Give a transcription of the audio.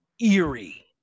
eerie